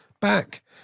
Back